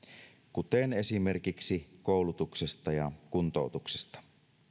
kuten esimerkiksi koulutuksesta ja kuntoutuksesta